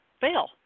fail